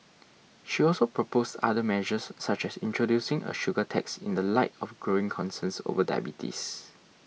she also proposed other measures such as introducing a sugar tax in the light of growing concerns over diabetes